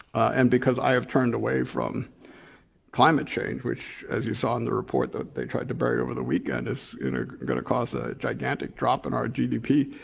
and because i have turned away from climate change, which as you saw in the report that they tried to bury over the weekend is ah gonna cause a gigantic drop in our gdp,